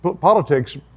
politics